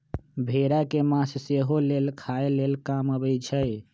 भेड़ा के मास सेहो लेल खाय लेल काम अबइ छै